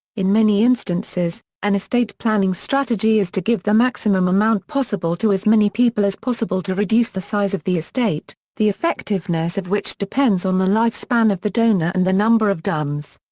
in many instances, an estate planning strategy is to give the maximum amount possible to as many people as possible to reduce the size of the estate, the effectiveness of which depends on the lifespan of the donor and the number of donees. so